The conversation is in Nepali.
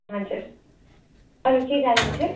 हजुर अरू केही जान्नु थियो